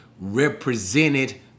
represented